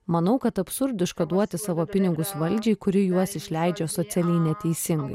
manau kad absurdiška duoti savo pinigus valdžiai kuri juos išleidžia socialiai neteisingai